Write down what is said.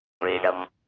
freedom